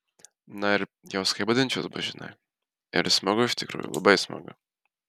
na ir jos kaip budinčios bus žinai ir smagu iš tikrųjų labai smagu